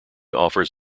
offers